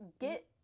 get